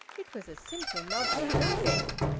it was a simply lovely building!